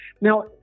Now